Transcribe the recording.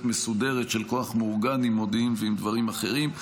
מסודרת של כוח מאורגן עם מודיעין ועם דברים אחרים.